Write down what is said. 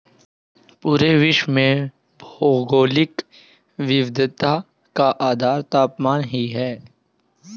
पूरे विश्व में भौगोलिक विविधता का आधार तापमान ही है